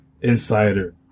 insider